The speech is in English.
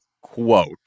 quote